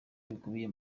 bikubiye